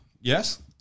Yes